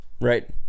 right